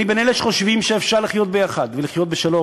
אני בין אלה שחושבים שאפשר לחיות יחד ולחיות בשלום.